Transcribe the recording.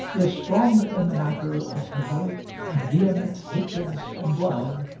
is strong in the matter of heroic and vehement hatreds and love,